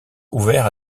ouvert